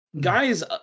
guys